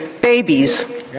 babies